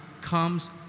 comes